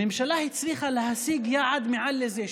הממשלה הצליחה להשיג יעד מעל זה,